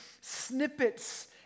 snippets